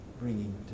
bringing